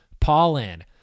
pollen